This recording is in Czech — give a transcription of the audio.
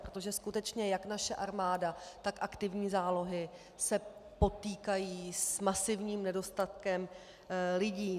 Protože skutečně jak naše armáda, tak aktivní zálohy se potýkají s masivním nedostatkem lidí.